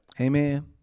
Amen